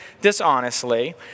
dishonestly